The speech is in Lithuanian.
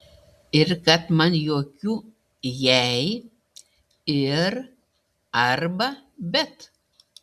ir kad man jokių jei ir arba bet